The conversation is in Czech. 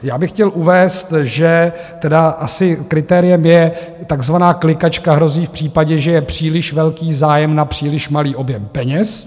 Já bych chtěl uvést, že asi kritériem je takzvaná klikačka hrozí v případě, že je příliš velký zájem na příliš malý objem peněz.